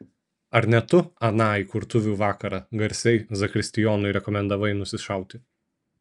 ar ne tu aną įkurtuvių vakarą garsiai zakristijonui rekomendavai nusišauti